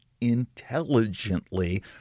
intelligently